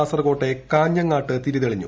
കാസർകോട്ടെ കാഞ്ഞങ്ങാട്ട് തിരി തെളിഞ്ഞു